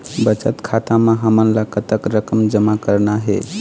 बचत खाता म हमन ला कतक रकम जमा करना हे?